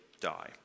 die